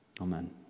Amen